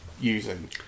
using